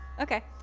Okay